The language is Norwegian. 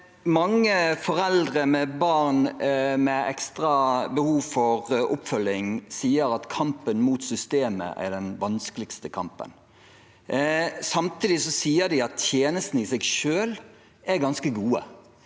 Mange foreldre med barn med ekstra behov for oppfølging sier at kampen mot systemet er den vanskeligste kampen. Samtidig sier de at tjenestene i seg selv er ganske gode.